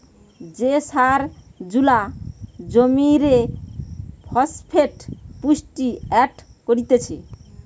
যে সার জুলা জমিরে ফসফেট পুষ্টি এড করতিছে